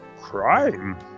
crime